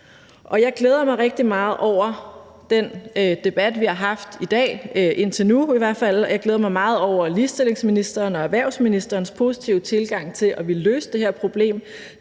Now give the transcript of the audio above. jeg glæder mig rigtig meget over den debat, vi har haft i dag – indtil nu i hvert fald – og jeg glæder mig meget over ligestillingsministerens og erhvervsministerens positive tilgang til at ville løse det her problem.